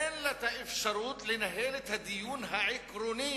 אין לה האפשרות לנהל את הדיון העקרוני,